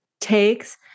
takes